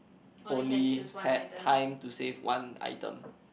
only had time to save one item